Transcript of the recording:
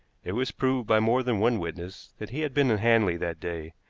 it was proved by more than one witness that he had been in hanley that day,